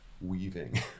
weaving